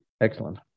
Excellent